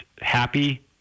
happy